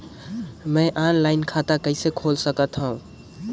मैं ऑनलाइन खाता कइसे खोल सकथव?